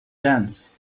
dance